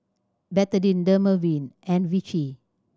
Betadine Dermaveen and Vichy